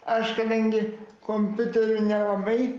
aš kadangi kompiuteriu nelabai